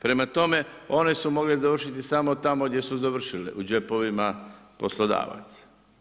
Prema tome one su mogle završiti samo tamo gdje su završile u džepovima poslodavaca.